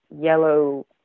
yellow